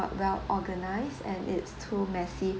not well organized and it's too messy